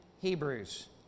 Hebrews